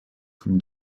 from